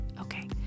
Okay